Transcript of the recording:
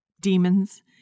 demons